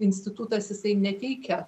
institutas jisai neteikia